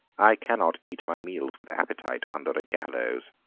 i cannot eat my meals with appetite under a gallows.